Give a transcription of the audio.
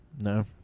No